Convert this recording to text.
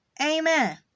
Amen